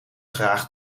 traag